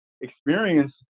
experience